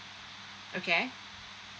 okay